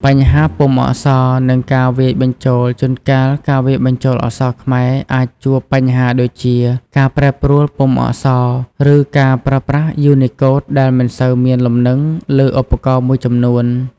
បញ្ហាពុម្ពអក្សរ និងការវាយបញ្ចូល ជួនកាលការវាយបញ្ចូលអក្សរខ្មែរអាចជួបបញ្ហាដូចជាការប្រែប្រួលពុម្ពអក្សរ ឬការប្រើប្រាស់យូនីកូដដែលមិនសូវមានលំនឹងលើឧបករណ៍មួយចំនួន។